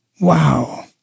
Wow